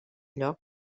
lloc